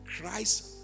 Christ